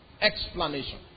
Explanation